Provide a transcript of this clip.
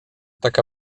taka